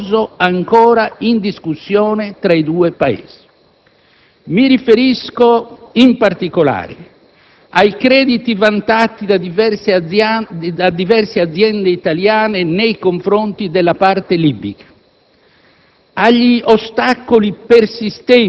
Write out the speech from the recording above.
il complesso contenzioso ancora in discussione tra i due Paesi. Mi riferisco, in particolare, ai crediti vantati da diverse aziende italiane nei confronti della parte libica,